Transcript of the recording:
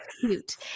cute